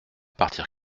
partir